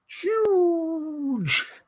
huge